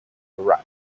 array